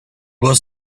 was